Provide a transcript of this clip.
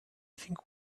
think